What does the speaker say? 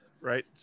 right